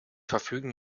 verfügen